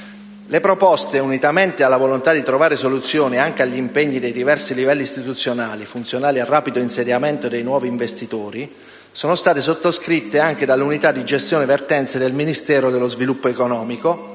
Le proposte, unitamente alla volontà di trovare soluzioni anche agli impegni dei diversi livelli istituzionali, funzionali e a rapido insediamento dei nuovi investitori, sono state sottoscritte anche dall'unità per la gestione delle vertenze del Ministero dello sviluppo economico,